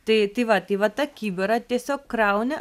tai tai va tai va tą kibirą tiesiog krauni